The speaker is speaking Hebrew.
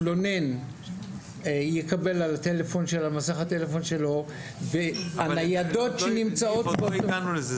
המתלונן יקבל על מסך הטלפון שלו --- עוד לא הגענו לזה,